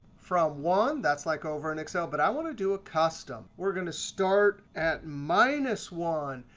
from one, that's like over in excel. but i want to do a custom. we're going to start at minus one.